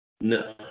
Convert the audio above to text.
No